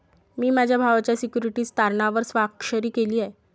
मी माझ्या भावाच्या सिक्युरिटीज तारणावर स्वाक्षरी केली आहे